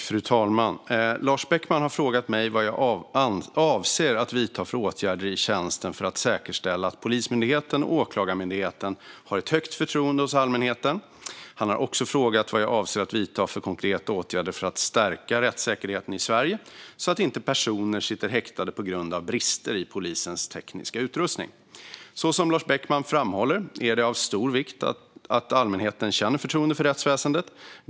Fru talman! Lars Beckman har frågat mig vad jag avser att vidta för åtgärder i tjänsten för att säkerställa att Polismyndigheten och Åklagarmyndigheten har ett högt förtroende hos allmänheten. Han har också frågat vad jag avser att vidta för konkreta åtgärder för att stärka rättssäkerheten i Sverige så att inte personer sitter häktade på grund av brister i polisens tekniska utrustning. Så som Lars Beckman framhåller är det av stor vikt att allmänheten känner förtroende för rättsväsendet.